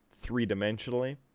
three-dimensionally